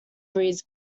breeds